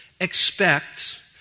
expect